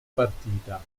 partita